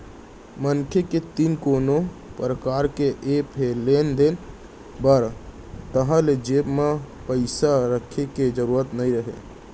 मनसे के तीर कोनो परकार के ऐप हे लेन देन बर ताहाँले जेब म पइसा राखे के जरूरत नइ हे